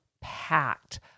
packed